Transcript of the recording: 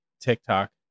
TikTok